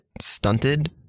stunted